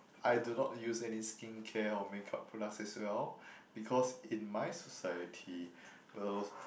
I do not use any skincare or make up products as well because in my society well